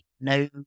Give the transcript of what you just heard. no